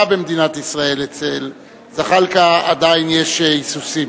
אצל זחאלקה עדיין יש היסוסים.